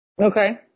Okay